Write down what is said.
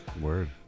word